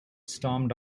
stormed